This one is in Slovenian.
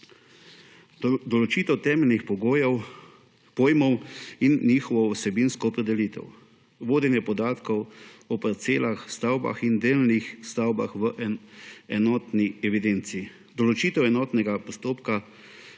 določitev temeljnih pojmov in njihova vsebinska opredelitev, vodenje podatkov o parcelah, stavbah in delih stavb v enotni evidenci, določitev enotnega postopka,